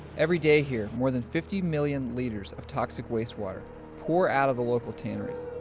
every day here, more than fifty million liters of toxic wastewater pour out of the local tanneries.